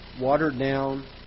watered-down